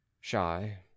Shy